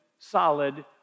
solid